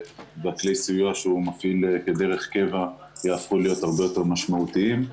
בכלי הסיוע שהוא מפעיל כדרך קבע יהפכו להיות הרבה יותר משמעותיים.